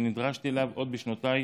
שנדרשתי אליו עוד בשנותיי